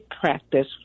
practice